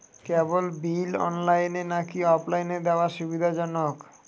কেবল bill অনলাইনে নাকি অফলাইনে দেওয়া সুবিধাজনক?